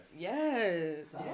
Yes